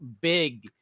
big